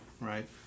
right